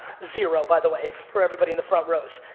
zero, by the way, for everybody in the front rows.